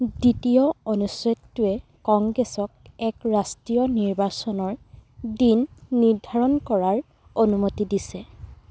দ্বিতীয় অনুচ্ছেদটোৱে কংগ্ৰেছক এক ৰাষ্ট্ৰীয় নিৰ্বাচনৰ দিন নিৰ্ধাৰণ কৰাৰ অনুমতি দিছে